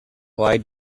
why